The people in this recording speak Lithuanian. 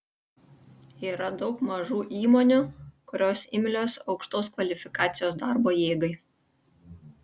yra daug mažų įmonių kurios imlios aukštos kvalifikacijos darbo jėgai